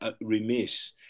remiss